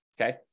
okay